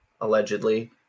allegedly